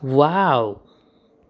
wow